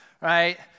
right